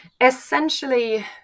Essentially